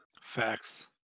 Facts